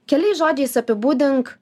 keliais žodžiais apibūdink